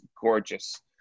gorgeous